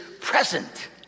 present